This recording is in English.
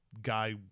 guy